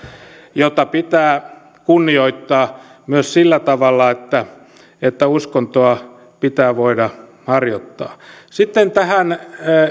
jota pitää kunnioittaa myös sillä tavalla että että uskontoa pitää voida harjoittaa sitten tähän